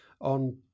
on